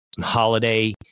holiday